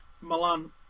Milan